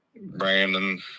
Brandon